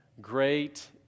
Great